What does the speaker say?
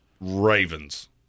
Ravens